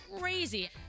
crazy